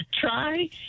Try